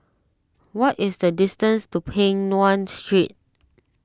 what is the distance to Peng Nguan Street